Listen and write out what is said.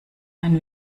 ein